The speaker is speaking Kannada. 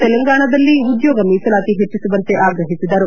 ತೆಲಂಗಾಣದಲ್ಲಿ ಉದ್ಯೋಗ ಮೀಸಲಾತಿ ಹೆಚ್ಚಿಸುವಂತೆ ಆಗ್ರಹಿಸಿದರು